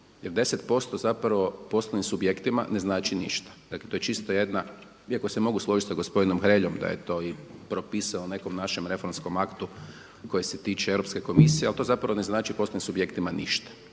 jer 10 posto zapravo poslovnim subjektima ne znači ništa. Dakle, to je čisto jedna, iako se mogu složiti s gospodinom Hreljom da je to i propisao u nekom našem reformskom aktu koji se tiče Europske komisije, ali to zapravo ne znači poslovnim subjektima ništa.